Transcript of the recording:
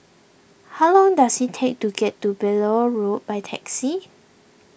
how long does it take to get to Beaulieu Road by taxi